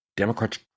Democrats